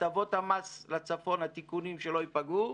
הטבות המס לצפון, התיקונים, שלא ייפגעו,